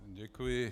Děkuji.